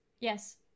yes